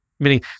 Meaning